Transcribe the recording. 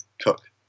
cook